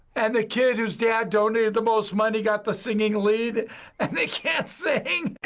and the kid whose dad donated the most money got the singing lead and they can't sing.